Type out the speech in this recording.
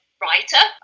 writer